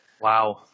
Wow